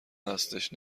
هستش